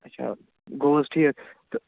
اَچھا گوٚو حظ ٹھیٖک